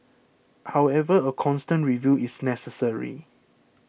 however a constant review is necessary